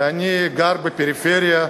אני גר בפריפריה,